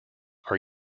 are